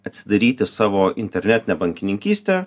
atsidaryti savo internetinę bankininkystę